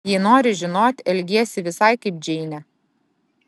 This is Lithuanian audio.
jei nori žinot elgiesi visai kaip džeinė